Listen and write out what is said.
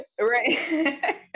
Right